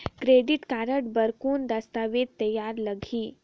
Credit card बर कौन दस्तावेज तैयार लगही?